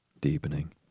deepening